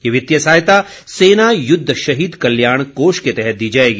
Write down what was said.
यह वित्तीय सहायता सेना युद्ध शहीद कल्याण कोष के तहत दी जाएगी